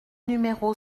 numéro